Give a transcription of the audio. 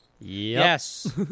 Yes